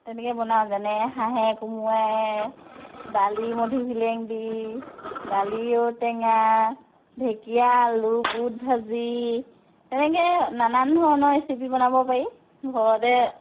তেনেকৈয়ে বনাওঁ যেনে হাঁহে কোমোৰাই দালি মধুসোলেং দি দালি ঔটেঙা ঢেকীয়া আলু বুট ভাজি সেনেকৈ নানান ধৰণৰ ৰেচিপি বনাব পাৰি ঘৰতে